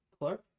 Clark